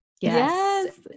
Yes